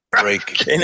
Break